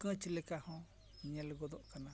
ᱠᱟᱹᱪ ᱞᱮᱠᱟ ᱦᱚᱸ ᱧᱮᱞ ᱜᱚᱫᱚᱜ ᱠᱟᱱᱟ